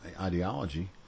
ideology